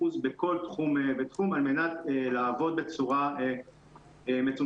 בכל תחום ותחום על מנת לעבוד בצורה מצומצמת.